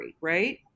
Right